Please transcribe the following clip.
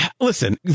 Listen